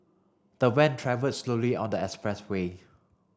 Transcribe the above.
the van travelled slowly on the expressway